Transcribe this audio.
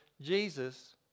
Jesus